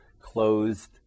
Closed